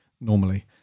normally